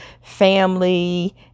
family